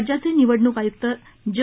राज्याचे निवडणूक आयुक्त जे